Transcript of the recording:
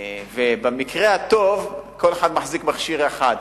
ובמקרה הטוב כל אחד מחזיק מכשיר אחד,